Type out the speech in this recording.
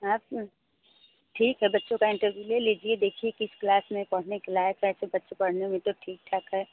हाँ तो ठीक है बच्चों का इंटरव्यू ले लीजिए देखिए किस क्लास में पढ़ने के लिए वैसे बच्चे पढ़ने में तो ठीक ठाक हैं